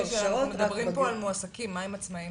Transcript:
אבל מדברים פה על מועסקים, מה עם עצמאים?